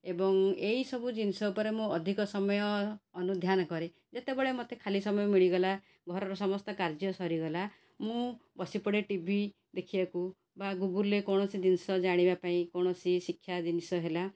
ଏବଂ ଏଇ ସବୁ ଜିନିଷ ଉପରେ ମୁଁ ଅଧିକ ସମୟ ଅନୁଧ୍ୟାନ କରେ ଯେତବେଳେ ମୋତେ ଖାଲି ସମୟ ମିଳିଗଲା ଘରର ସମସ୍ତ କାର୍ଯ୍ୟ ସରିଗଲା ମୁଁ ବସିପଡ଼େ ଟିଭି ଦେଖିବାକୁ ବା ଗୁଗୁଲ୍ରେ କୌଣସି ଜିନିଷ ଜାଣିବା ପାଇଁ କୌଣସି ଶିକ୍ଷା ଜିନିଷ ହେଲା